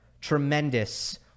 tremendous